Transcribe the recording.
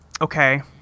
okay